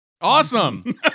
Awesome